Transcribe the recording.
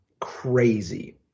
crazy